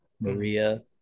Maria